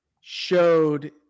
showed